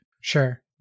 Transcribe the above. Sure